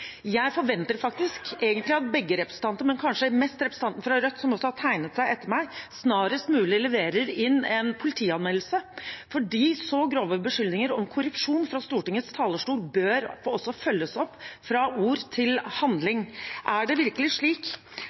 Jeg forventer egentlig at begge representantene, men kanskje mest representanten fra Rødt, som også har tegnet seg etter meg, snarest mulig leverer inn en politianmeldelse, fordi så grove beskyldninger om korrupsjon fra Stortingets talerstol bør også følges opp fra ord til handling. Er det virkelig slik